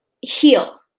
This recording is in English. heal